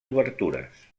obertures